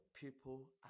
people